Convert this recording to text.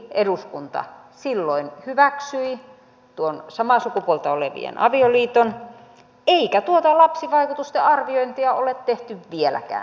silti eduskunta silloin hyväksyi tuon samaa sukupuolta olevien avioliiton eikä tuota lapsivaikutusten arviointia ole tehty vieläkään